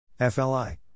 FLI